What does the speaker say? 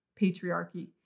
patriarchy